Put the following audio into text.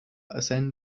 ascend